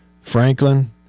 Franklin